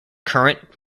current